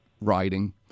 riding